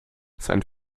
sein